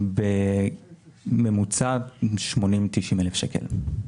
בממוצע 90-80 אלף שקלים.